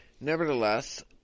nevertheless